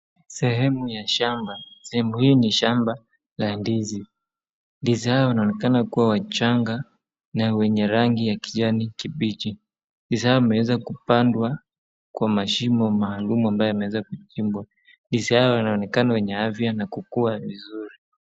Sehemu ya shamba. Sehemu hii ni shamba ya ndizi , ndizi haya yanaonekana kuwa wachanga na wenye rangi ya kijani kibichi. Ndizi hawa wameweza kupandwa kwa mashimo maalum yenye yameweza kuchimbwa. Ndizi haya yanaonekana wenye afya na kukua vizuri.